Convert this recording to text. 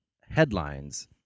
headlines